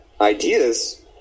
ideas